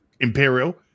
Imperial